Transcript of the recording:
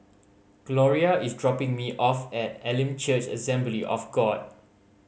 Gloria is dropping me off at Elim Church Assembly of God